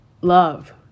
love